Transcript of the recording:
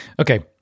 Okay